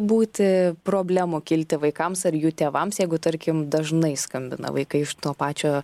būti problemų kilti vaikams ar jų tėvams jeigu tarkim dažnai skambina vaikai iš to pačio